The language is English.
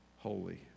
holy